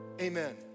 amen